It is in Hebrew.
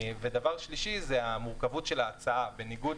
דבר שלישי זה המורכבות של ההצעה בניגוד